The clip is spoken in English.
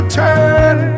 turn